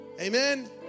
Amen